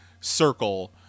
circle